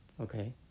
okay